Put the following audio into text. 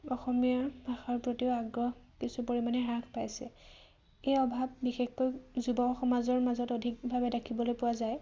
অসমীয়া ভাষাৰ প্ৰতিও আগ্ৰহ কিছু পৰিমাণে হ্ৰাস পাইছে এই অভাৱ বিশেষকৈ যুৱ সমাজৰ মাজত অধিকভাৱে দেখিবলৈ পোৱা যায়